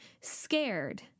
scared—